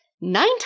nine